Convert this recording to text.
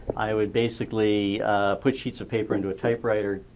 i would basically put sheets of paper into a typewriter,